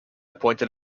pointed